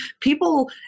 People